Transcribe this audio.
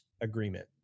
agreement